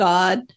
God